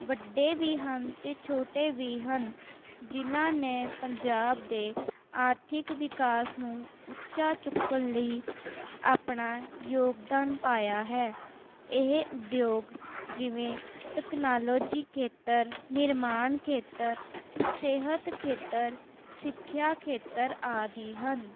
ਵੱਡੇ ਵੀ ਹਨ ਅਤੇ ਛੋਟੇ ਵੀ ਹਨ ਜਿਨ੍ਹਾਂ ਨੇ ਪੰਜਾਬ ਦੇ ਆਰਥਿਕ ਵਿਕਾਸ ਨੂੰ ਉੱਚਾ ਚੁੱਕਣ ਲਈ ਆਪਣਾ ਯੋਗਦਾਨ ਪਾਇਆ ਹੈ ਇਹ ਉਦਯੋਗ ਜਿਵੇਂ ਟੈਕਨੋਲੋਜੀ ਖੇਤਰ ਨਿਰਮਾਣ ਖੇਤਰ ਸਿਹਤ ਖੇਤਰ ਸਿੱਖਿਆ ਖੇਤਰ ਆਦਿ ਹਨ